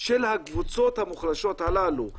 של הקבוצות המוחלשות הללו.